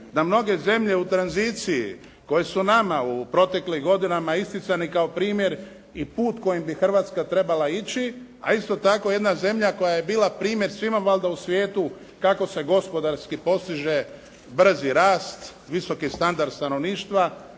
da mnoge zemlje u tranziciji koje su nama u proteklim godinama isticani kao primjer i put kojim bi Hrvatska trebala ići, a isto tako jedna zemlja koja je bila primjer svima valjda u svijetu kako se gospodarski postiže brzi rast, visoki standard stanovništva.